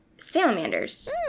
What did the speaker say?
Salamanders